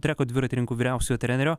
treko dviratininkų vyriausiojo trenerio